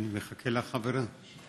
אני מחכה לחברה.